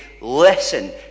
Listen